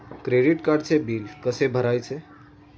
Credit कार्डचे bill कसे भरायचे?